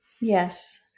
Yes